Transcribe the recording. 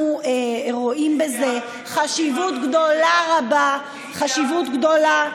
אנחנו רואים בזה חשיבות גדולה ורבה, חשיבות גדולה.